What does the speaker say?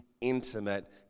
intimate